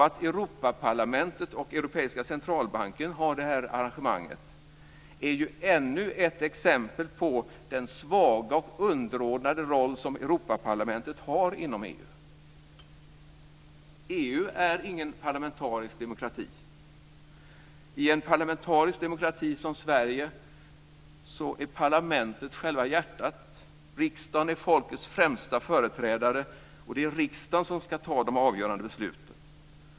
Att Europaparlamentet och Europeiska centralbanken har det här arrangemanget är ju ännu ett exempel på den svaga och underordnade roll som Europaparlamentet har inom EU. EU är ingen parlamentarisk demokrati. I en parlamentarisk demokrati som Sverige är parlamentet själva hjärtat. Riksdagen är folkets främsta företrädare. Det är riksdagen som fattar de avgörande besluten.